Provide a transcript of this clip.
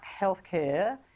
healthcare